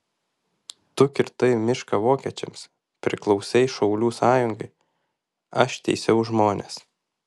tu kirtai mišką vokiečiams priklausei šaulių sąjungai aš teisiau žmones